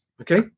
okay